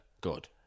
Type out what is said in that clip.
Good